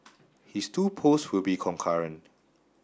his two posts will be concurrent